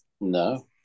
No